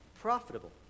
profitable